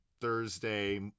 thursday